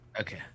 Okay